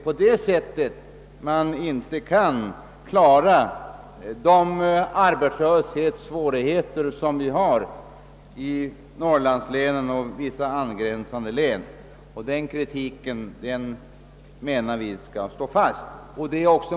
På det sättet kan man inte klara arbetslösheten i norrlandslänen och vissa angränsande län. Vår kritik på den punkten står alltså fast.